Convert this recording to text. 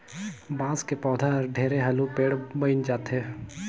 बांस के पउधा हर ढेरे हालू पेड़ बइन जाथे